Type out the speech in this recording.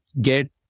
get